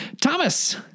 Thomas